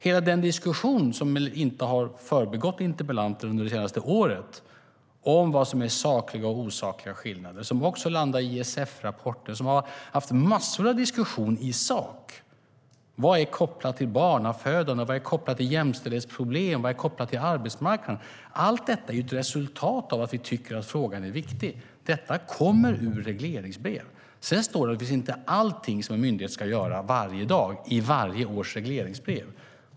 Hela det senaste årets diskussion om vad som är sakliga och osakliga skillnader kan väl inte ha undgått interpellanten. Den landade i ISF-rapporten, som hade massor av diskussion i sak om vad som är kopplat till barnafödande, till jämställdhetsproblem och till arbetsmarknaden. Allt detta är ett resultat av att vi tycker att frågan är viktig. Detta kommer ur regleringsbrev. Sedan står naturligtvis inte allt som en myndighet ska göra varje dag i varje års regleringsbrev.